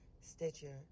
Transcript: Stitcher